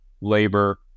labor